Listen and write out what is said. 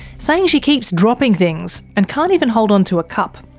saying she keeps dropping things and can't even hold on to a cup.